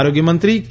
આરોગ્ય મંત્રી કે